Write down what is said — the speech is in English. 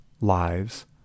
lives